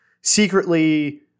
secretly